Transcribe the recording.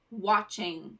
watching